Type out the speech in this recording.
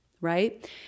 right